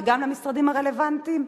וגם למשרדים הרלוונטיים?